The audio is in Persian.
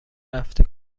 هفته